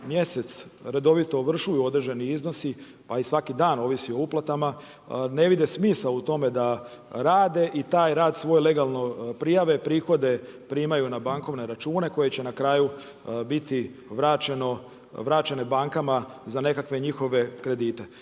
mjesec redovito ovršuju određeni iznosi, pa i svaki dan ovisi o uplatama ne vide smisao u tome da rade i taj rad svoj legalno prijave, prihode primaju na bankovne račune koje će na kraju biti vraćene bankama za nekakve njihove kredite.